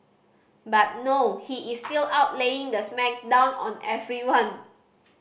but no he is still out laying the smack down on everyone